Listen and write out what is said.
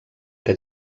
que